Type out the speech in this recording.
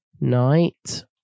night